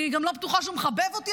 אני גם לא בטוחה שהוא מחבב אותי,